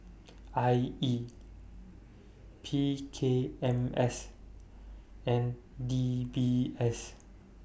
I E P K M S and D B S